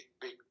big